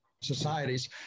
societies